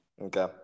okay